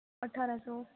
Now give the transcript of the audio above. اٹھارہ سو